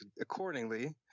accordingly